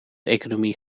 economie